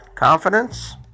Confidence